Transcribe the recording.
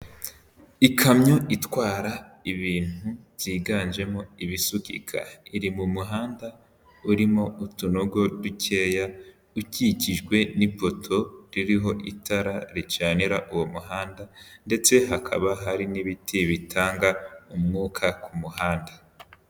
Ikamyo itwara ibintu byiganjemo ibisukika, iri mu muhanda urimo utunogo dukeya, ukikijwe n'ipoto ririho itara ricanira uwo muhanda ndetse hakaba hari n'ibiti bitanga umwuka ku muhanda.